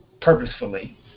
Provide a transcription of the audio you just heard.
purposefully